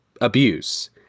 abuse